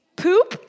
poop